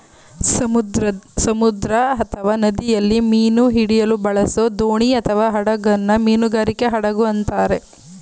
ಸಮುದ್ರ ಅಥವಾ ನದಿಯಲ್ಲಿ ಮೀನು ಹಿಡಿಯಲು ಬಳಸೋದೋಣಿಅಥವಾಹಡಗನ್ನ ಮೀನುಗಾರಿಕೆ ಹಡಗು ಅಂತಾರೆ